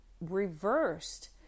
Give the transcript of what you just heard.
reversed